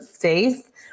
faith